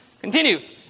Continues